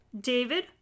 david